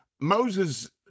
Moses